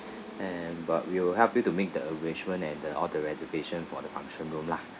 and but we'll help you to make the arrangement and the all the reservations for the function room lah